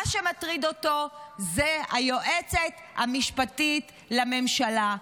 מה שמטריד אותו זה היועצת המשפטית לממשלה.